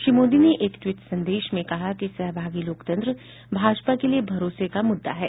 श्री मोदी ने एक ट्वीट संदेश में कहा है कि सहभागी लोकतंत्र भाजपा को लिए भरोसे का मुद्दा है